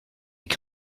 they